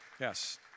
Yes